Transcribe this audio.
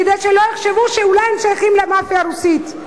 כדי שלא יחשבו שאולי הם שייכים למאפיה הרוסית.